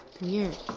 Weird